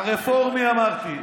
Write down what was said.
הרפורמי, אמרתי,